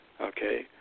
Okay